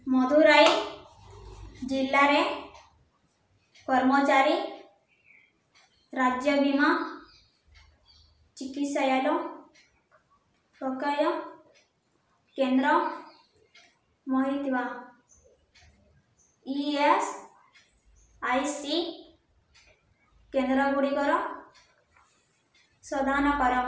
ମଧୁରାଇ ଜିଲ୍ଲାରେ କର୍ମଚାରୀ ରାଜ୍ୟ ବୀମା ଚିକିତ୍ସାଳୟର ପ୍ରକାର କେନ୍ଦ୍ର ମହୀ ଥିବା ଇ ଏସ୍ ଆଇ ସି କେନ୍ଦ୍ରଗୁଡ଼ିକର ସନ୍ଧାନ କର